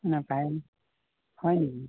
নাপায় হয় নেকি